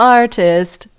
artist